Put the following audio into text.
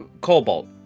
Cobalt